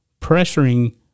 pressuring